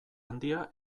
handia